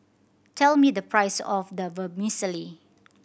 tell me the price of the Vermicelli